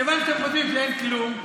כיוון שאתם חושבים שאין כלום,